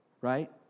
right